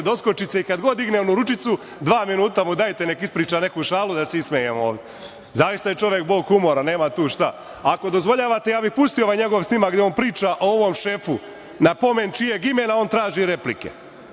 doskočice i kada god digne onu ručicu, dva minuta mu dajte neka ispriča neku šalu da se ismejemo ovde. Zaista je čovek bog humora, nema tu šta. Ako dozvoljavate, ja bih pustio ovaj njegov snimak gde on priča o ovom šefu na pomen čijeg imena on traži replike.